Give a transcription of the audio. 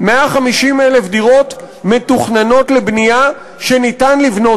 150,000 דירות מתוכננות לבנייה שאפשר לבנות